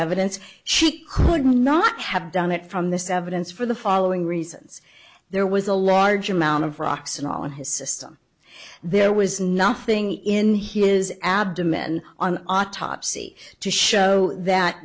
evidence she could not have done it from this evidence for the following reasons there was a large amount of rocks and on his system there was nothing in his abdomen on autopsy to show that